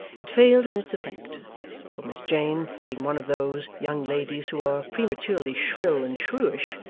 it failed in its effect for miss jane being one of those young ladies who are prematurely shrill and shrewish,